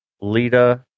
Lita